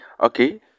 okay